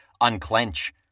unclench